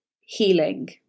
healing